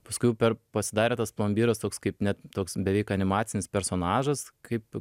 paskui jau per pasidarė tas plombyras toks kaip net toks beveik animacinis personažas kaip